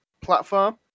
platform